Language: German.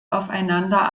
aufeinander